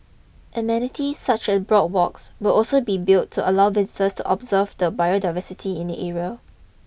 amenities such as boardwalks will also be built to allow visitors to observe the biodiversity in the area